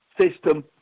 system